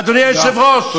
אדוני היושב-ראש,